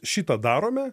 šitą darome